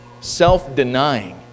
self-denying